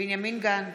בנימין גנץ,